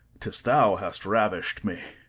tis thou hast ravish'd me!